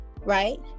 right